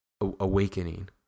awakening